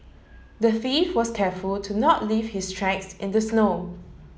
the thief was careful to not leave his tracks in the snow